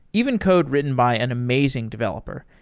even code written by an amazing developer.